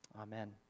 Amen